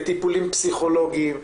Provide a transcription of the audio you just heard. בטיפולים פסיכולוגיים,